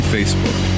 Facebook